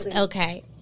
Okay